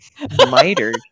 Mitered